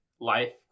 life